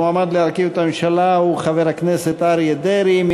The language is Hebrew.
והמועמד להרכיב את הממשלה הוא חבר הכנסת אריה דרעי.